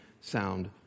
sound